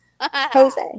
Jose